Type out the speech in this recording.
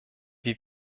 wie